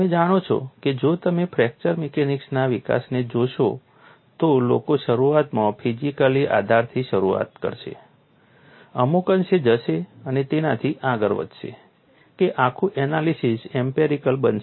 તમે જાણો છો કે જો તમે ફ્રેક્ચર મિકેનિક્સના વિકાસને જોશો તો લોકો શરૂઆતમાં ફિઝિકલી આધારથી શરૂઆત કરશે અમુક અંશે જશે અને તેનાથી આગળ વધશે કે આખું એનાલિસીસ એમ્પિરિકલ બનશે